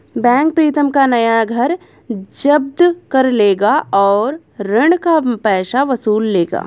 bank Pritam का नया घर जब्त कर लेगा और ऋण का पैसा वसूल लेगा